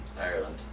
Ireland